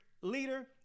leader